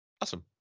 Awesome